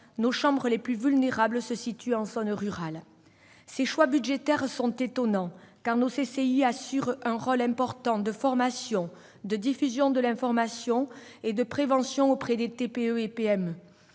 nos chambres les plus vulnérables se situent en zone rurale. Ces choix budgétaires sont étonnants, car les CCI assurent un rôle important de formation, de diffusion de l'information et de prévention auprès des TPE et PME.